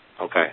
Okay